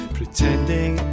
Pretending